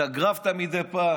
התאגרפת מדי פעם